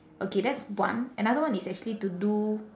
okay that's one another one is actually to do